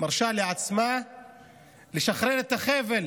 מרשה לעצמה לשחרר את החבל